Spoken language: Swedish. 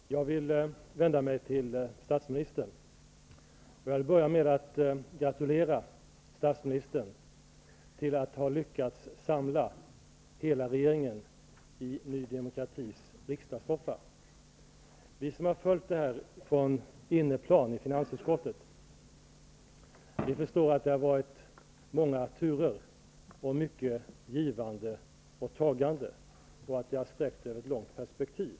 Fru talman! Jag vill vända mig till statsministern. Jag vill börja med att gratulera statsministern till att ha lyckats samla hela regeringen i Ny demokratis riksdagssoffa. Vi som har följt detta från innerplan i finansutskottet förstår att det har varit många turer och mycket givande och tagande, i ett långt perspektiv.